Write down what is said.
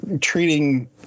treating